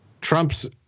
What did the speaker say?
Trump's